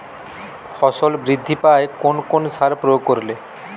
ফসল বৃদ্ধি পায় কোন কোন সার প্রয়োগ করলে?